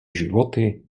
životy